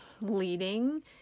leading